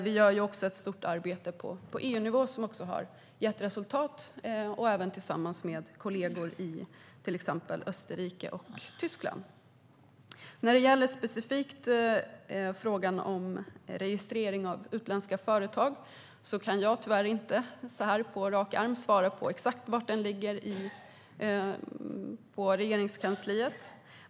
Vi gör också ett stort arbete på EU-nivå som har gett resultat och även tillsammans med kollegor i till exempel Österrike och Tyskland. När det gäller frågan om registrering av utländska företag specifikt kan jag tyvärr inte så här på rak arm svara på exakt var den ligger på Regeringskansliet.